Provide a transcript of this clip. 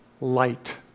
light